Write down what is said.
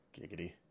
Giggity